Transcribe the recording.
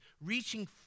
reaching